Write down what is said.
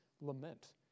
lament